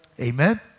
Amen